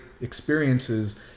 experiences